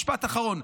--- משפט אחרון.